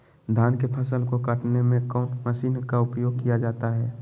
धान के फसल को कटने में कौन माशिन का उपयोग किया जाता है?